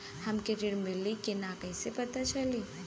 हमके ऋण मिली कि ना कैसे पता चली?